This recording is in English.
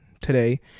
today